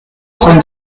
cent